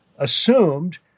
assumed